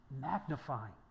magnifying